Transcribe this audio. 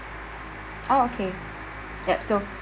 oh okay yup so